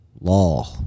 law